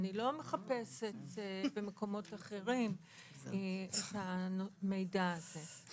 אני לא מחפשת במקומות אחרים את המידע הזה.